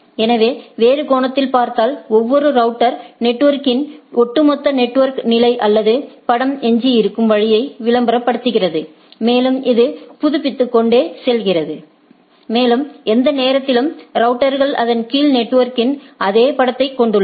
எனவே வேறு கோணத்தில் பார்த்தாள் ஒவ்வொரு ரவுட்டர் நெட்வொர்க்க்கிங்யின் ஒட்டுமொத்த நெட்வொர்க் நிலை அல்லது படம் எஞ்சியிருக்கும் வழியை விளம்பரப்படுத்துகிறது மேலும் இது புதுப்பித்துக்கொண்டே செல்கிறது மேலும் எந்த நேரத்திலும் ரவுட்டர்கள் அதன் கீழ் நெட்வொர்க்கின் அதே படத்தைக் கொண்டுள்ளன